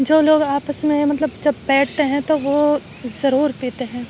جو لوگ آپس میں مطلب جب بیٹھتے ہیں تو وہ ضرور پیتے ہیں